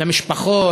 למשפחות.